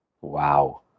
Wow